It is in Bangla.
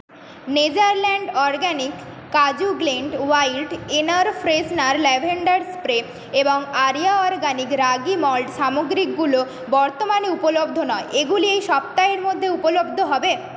নেচারল্যান্ড অরগ্যানিক কাজু glade wild air freshener lavender spray এবং আরিয়া অরগানিক রাগি মল্ট সামগ্রীগুলো বর্তমানে উপলব্ধ নয় এগুলি এই সপ্তাহের মধ্যে উপলব্ধ হবে